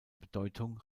bedeutung